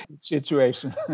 Situation